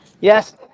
Yes